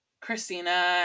Christina